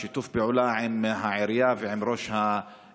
בשיתוף פעולה עם העירייה ועם ראש העירייה,